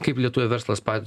kaip lietuvių verslas pade